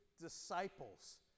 disciples